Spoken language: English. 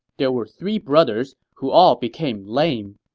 there were three brothers who all became lame.